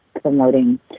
promoting